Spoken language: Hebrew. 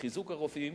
חיזוק הרופאים,